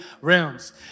realms